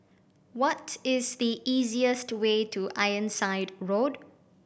what is the easiest way to Ironside Road